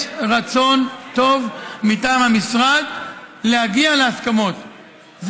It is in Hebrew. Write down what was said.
יש רצון טוב מטעם המשרד להגיע להסכמות,